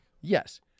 Yes